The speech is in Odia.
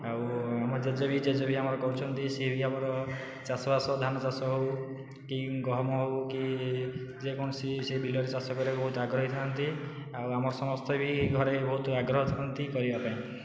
ଆଉ ମୋ ଜେଜେ ବି ଜେଜେ ବି ଆମର କରୁଛନ୍ତି ସିଏ ବି ଆମର ଚାଷବାସ ଧାନଚାଷ ହେଉ କି ଗହମ ହେଉ କି ଯେକୌଣସି ସେ ବିଲରେ ଚାଷ କରିବାକୁ ବହୁତ ଆଗ୍ରହୀ ଥାଆନ୍ତି ଆଉ ଆମ ସମସ୍ତେ ବି ଘରେ ବହୁତ ଆଗ୍ରହ ଥାଆନ୍ତି କରିବାପାଇଁ